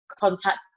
contact